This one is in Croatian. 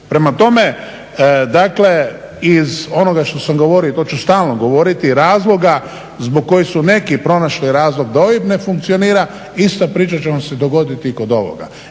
Prema tome iz onoga što sam govorio i to ću stalno govoriti razloga zbog kojih su neki pronašli razlog da OIB ne funkcionira ista priča će vam se dogoditi i kod ovoga.